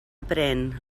aprén